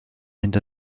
mynd